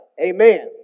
Amen